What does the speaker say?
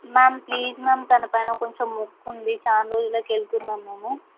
ma'am please ma'am తన పైన కొంచెం మొక్కుంది చాన రోజులకి వెళ్తున్నాం మేము